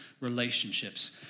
relationships